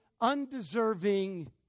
undeserving